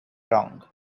wrong